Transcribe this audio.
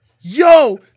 Yo